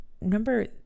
number